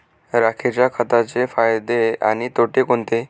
राखेच्या खताचे फायदे आणि तोटे कोणते?